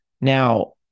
Now